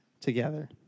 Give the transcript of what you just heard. together